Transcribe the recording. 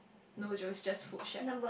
no Joe is just food shack